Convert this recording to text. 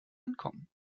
ankommen